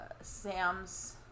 Sam's